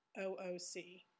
OOC